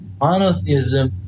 monotheism